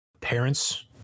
Parents